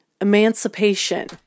Emancipation